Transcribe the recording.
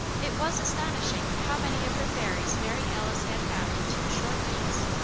it was astonishing how many of her fairies mary alice had found in two short weeks!